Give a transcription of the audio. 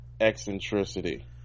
eccentricity